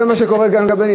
זה מה שקורה גם עם הקבלנים,